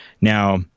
Now